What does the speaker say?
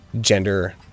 gender